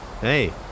Hey